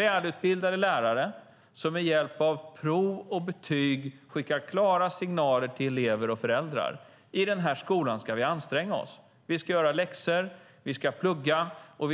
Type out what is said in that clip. Välutbildade lärare som med hjälp av prov och betyg skickar klara signaler till elever och föräldrar om att man ska anstränga sig i skolan - göra läxor, plugga och